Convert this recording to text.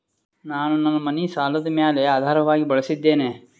ನಾನು ನನ್ನ ಮನಿ ಸಾಲದ ಮ್ಯಾಲ ಆಧಾರವಾಗಿ ಬಳಸಿದ್ದೇನೆ